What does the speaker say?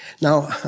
Now